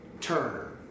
Turner